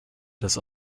does